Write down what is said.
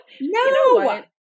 No